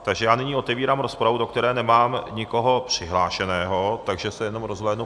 Takže já nyní otevírám rozpravu, do které nemám nikoho přihlášeného, tak se jenom rozhlédnu...